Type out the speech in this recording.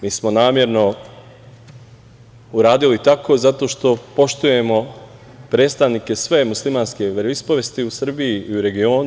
Mi smo namerno uradili tako zato što poštujemo predstavnike muslimanske veroispovesti u Srbiji i u regionu.